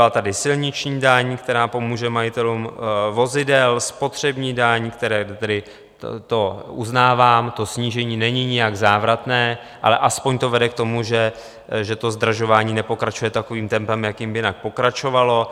Byla tady silniční daň, která pomůže majitelům vozidel, spotřební daň, které by byly... to uznávám, to snížení není jinak závratné, ale aspoň to vede k tomu, že to zdražování nepokračuje takovým tempem, jakým by jinak pokračovalo.